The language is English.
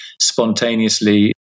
spontaneously